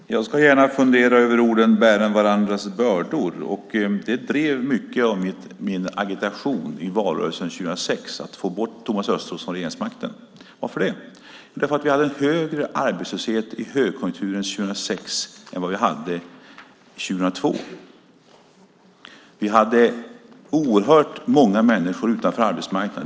Fru talman! Jag ska gärna fundera över orden bären varandras bördor. De drev mycket av min agitation i valrörelsen 2006 för att få bort Thomas Östros från regeringsmakten. Varför? Jo, därför att vi hade en högre arbetslöshet i högkonjunkturens 2006 än vad vi hade 2002. Vi hade oerhört många människor utanför arbetsmarknaden.